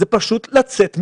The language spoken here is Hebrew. זה פשוט לצאת מהדעת.